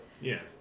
Yes